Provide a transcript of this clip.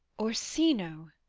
orsino!